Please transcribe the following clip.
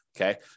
okay